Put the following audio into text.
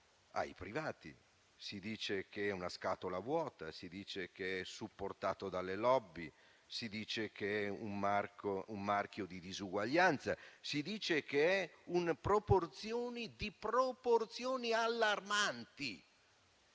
ai privati; si dice che è una scatola vuota, si dice che è supportato dalle *lobby*, si dice che è un marchio di disuguaglianza, si dice che è di proporzioni allarmanti.